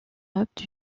europe